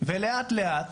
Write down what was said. ולאט לאט